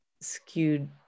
skewed